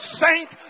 saint